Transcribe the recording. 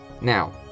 Now